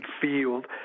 field